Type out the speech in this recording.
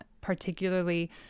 particularly